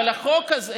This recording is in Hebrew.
אבל החוק הזה,